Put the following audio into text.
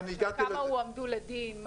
כמה הועמדו לדין,